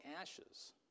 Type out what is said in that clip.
ashes